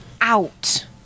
Out